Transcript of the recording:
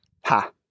Ha